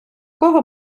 кого